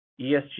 ESG